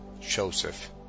Joseph